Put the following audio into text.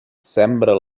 sembra